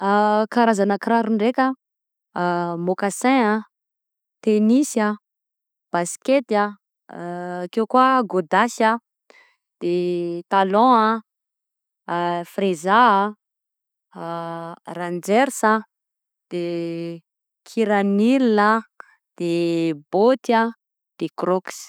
Karazana kiraro ndraiky: môccassin a, tennis a, basket a, ake koa gôdasy a, de talon a, freza, rangers a, de kiranila, de botte an, de crocs.